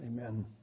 Amen